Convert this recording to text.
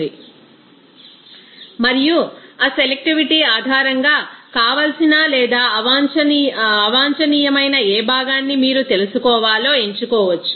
refer slide time 1001 మరియు ఆ selectivity ఆధారంగా కావాల్సిన లేదా అవాంఛనీయమైన ఏ భాగాన్ని మీరు తెలుసుకోవాలో ఎంచుకోవచ్చు